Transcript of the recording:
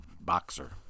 boxer